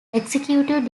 executive